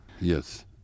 Yes